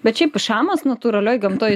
bet šiaip šamas natūralioj gamtoj jis